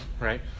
right